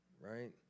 right